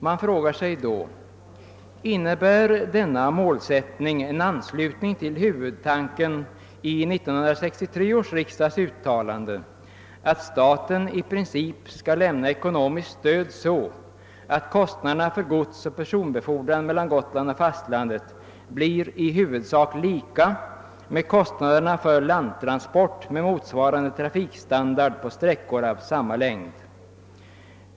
Man frågar sig, om denna målsättning innebär en anslutning till huvudtanken i 1963 års riksdagsuttalande, att staten i princip skall lämna ekonomiskt stöd på sådant sätt att kostnaderna för godsoch personbefordran mellan Gotland och fastlandet i huvudsak blir lika med kostnaderna för landtransport med liknande trafikstandard på sträckor av samma längd.